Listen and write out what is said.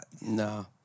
No